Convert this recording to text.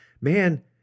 man